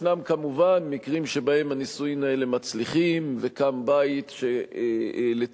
ישנם כמובן מקרים שבהם הנישואים האלה מצליחים וקם בית לתפארת,